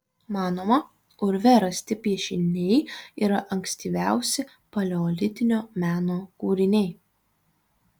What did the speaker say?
manoma urve rasti piešiniai yra ankstyviausi paleolitinio meno kūriniai